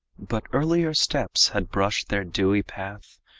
but earlier steps had brushed their dewy path.